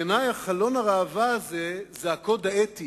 בעיני חלון הראווה הזה זה הקוד האתי